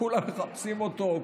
כולם מחפשים אותו,